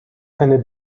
eine